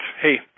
hey